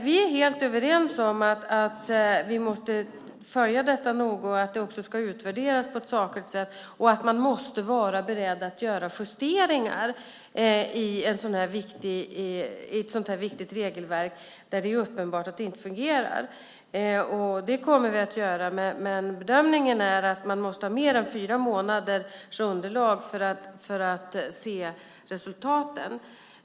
Vi är helt överens om att vi måste följa detta noga, att det ska utvärderas på ett sakligt sätt och att man måste vara beredd att göra justeringar i ett sådant här viktigt regelverk i de fall där det är uppenbart att det inte fungerar. Det kommer vi att göra, men bedömningen är att man måste ha mer än fyra månaders underlag för att se resultaten.